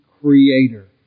Creator